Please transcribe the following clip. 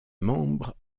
membres